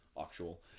actual